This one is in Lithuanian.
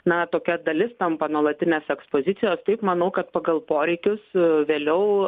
na tokia dalis tampa nuolatinės ekspozicijos taip manau kad pagal poreikius vėliau